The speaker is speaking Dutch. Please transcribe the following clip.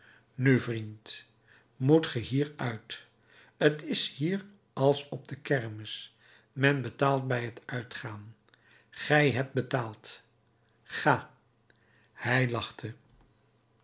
nu vriend moet ge hier uit t is hier als op de kermis men betaalt bij het uitgaan gij hebt betaald ga hij lachte